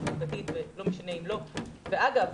אגב,